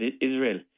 Israel